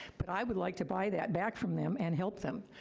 but i would like to buy that back from them and help them.